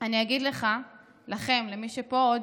אני אגיד לך, לכם, למי שעוד פה,